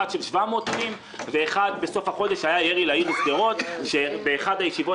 אחד של 700 טילים ובסוף החודש היה ירי לעיר שדרות ובאחת הישיבות